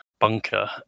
bunker